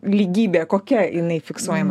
lygybė kokia jinai fiksuojama